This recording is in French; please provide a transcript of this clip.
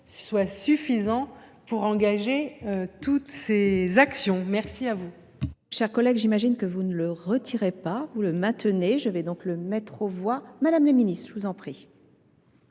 soit suffisant pour engager toutes ces actions. Je maintiens